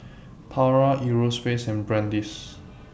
Pura Europace and Brand's